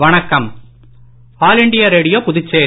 வணக்கம் all India Radio Puducherry